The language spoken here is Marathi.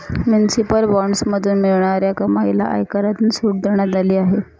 म्युनिसिपल बॉण्ड्समधून मिळणाऱ्या कमाईला आयकरातून सूट देण्यात आली आहे